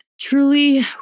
truly